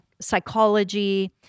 psychology